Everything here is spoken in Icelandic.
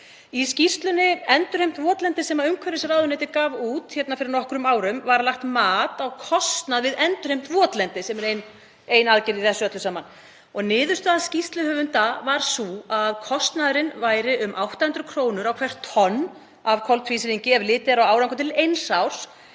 Í skýrslunni Endurheimt votlendis, sem umhverfisráðuneytið gaf út fyrir nokkrum árum, var lagt mat á kostnað við endurheimt votlendis sem er ein aðgerð í þessu öllu saman. Niðurstaða skýrsluhöfunda var sú að kostnaðurinn væri um 800 kr. á hvert tonn af koltvísýringi ef litið er á árangur til eins árs